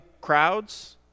crowds